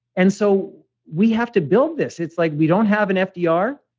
and so we have to build this. it's like, we don't have an fdr,